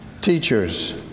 teachers